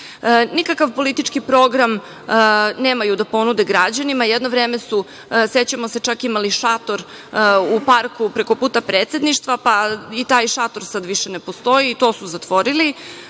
Nikakav politički program nemaju da ponude građanima. Jedno vreme su, sećamo se, čak imali i šator u parku preko puta predsedništva, pa i taj šator sada više ne postoji, i to su zatvorili.